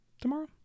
tomorrow